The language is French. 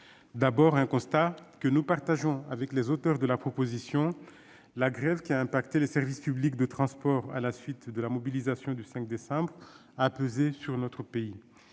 d'abord, un constat, que nous partageons avec les auteurs de la proposition de loi. La grève qui a frappé les services publics de transport à la suite de la mobilisation du 5 décembre dernier a pesé sur notre pays.